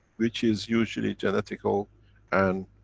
which is usually genetical and